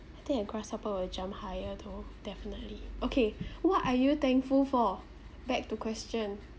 I think a grasshopper will jump higher though definitely okay what are you thankful for back to question